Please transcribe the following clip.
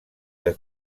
que